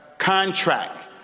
contract